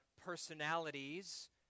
personalities